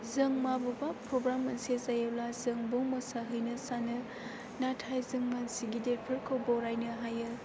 जों बबेबा प्रग्राम मोनसे जायोब्ला जोंबो मोसाहैनो सानो नाथाय जों मानसि गिदिरफोरखौ बरायनो हायो